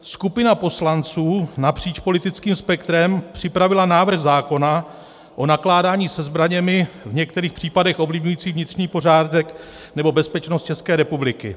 Skupina poslanců napříč politickým spektrem připravila návrh zákona o nakládání se zbraněmi v některých případech ovlivňujících vnitřní pořádek nebo bezpečnost České republiky.